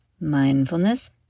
mindfulness